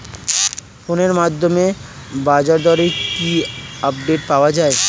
ফোনের মাধ্যমে বাজারদরের কি আপডেট পাওয়া যায়?